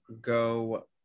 go